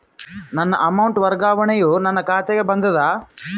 ನನ್ನ ಅಮೌಂಟ್ ವರ್ಗಾವಣೆಯು ನನ್ನ ಖಾತೆಗೆ ಬಂದದ